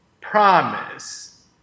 promise